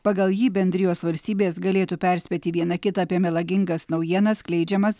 pagal jį bendrijos valstybės galėtų perspėti viena kitą apie melagingas naujienas skleidžiamas